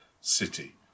city